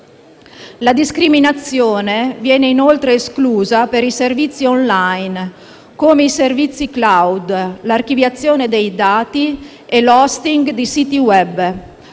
La discriminazione viene inoltre esclusa per i servizi *online* (come i servizi *cloud*, l'archiviazione dei dati e l'*hosting* di siti *web*)